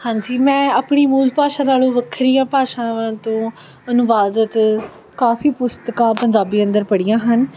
ਹਾਂਜੀ ਮੈਂ ਆਪਣੀ ਮੂਲ ਭਾਸ਼ਾ ਨਾਲ਼ੋਂ ਵੱਖਰੀਆਂ ਭਾਸ਼ਾਵਾਂ ਤੋਂ ਅਨੁਵਾਦਤ ਕਾਫ਼ੀ ਪੁਸਤਕਾਂ ਪੰਜਾਬੀ ਅੰਦਰ ਪੜ੍ਹੀਆਂ ਹਨ